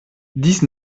dix